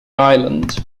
island